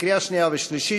לקריאה שנייה ושלישית.